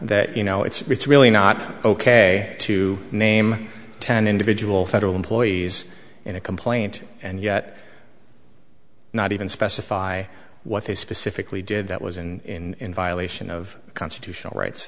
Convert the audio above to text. that you know it's really not ok to name ten individual federal employees in a complaint and yet not even specify what they specifically did that was in violation of constitutional rights